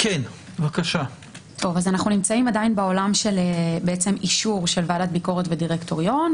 אנחנו נמצאים עדיין בעולם של אישור ועדת ביקורת ודירקטוריון,